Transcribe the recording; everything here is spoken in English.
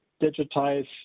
digitize